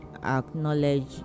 acknowledge